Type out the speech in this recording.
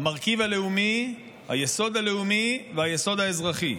המרכיב הלאומי, היסוד הלאומי, והיסוד האזרחי.